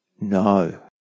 no